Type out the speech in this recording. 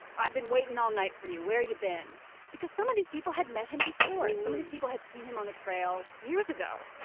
i've been waiting all night for you where you been because some of these people had met him before some of these people had seen him on the trail years ago